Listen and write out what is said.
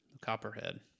Copperhead